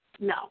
No